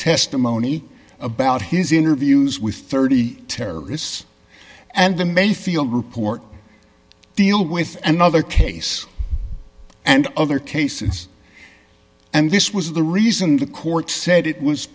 testimony about his interviews with thirty terrorists and the mayfield report deal with another case and other cases and this was the reason the court said it was